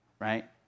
right